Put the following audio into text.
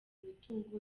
imitungo